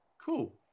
Cool